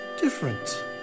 different